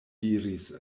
diris